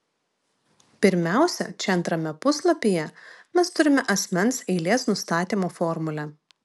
pirmiausia čia antrame puslapyje mes turime asmens eilės nustatymo formulę